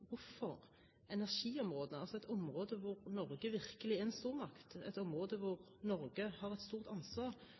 hvorfor energiområdet, et område hvor Norge virkelig er en stormakt, et område hvor Norge har et stort ansvar,